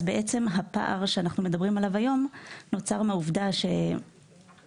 הפער שאנחנו מדברים עליו היום נוצר מהעובדה שב-2020